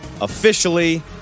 Officially